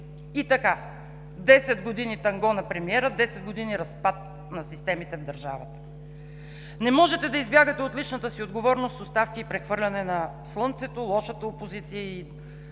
И така – 10 години танго на премиера, 10 години разпад на системите в държавата. Не можете да избягате от личната си отговорност с оставки и прехвърляне на слънцето, лошата опозиция и